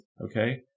okay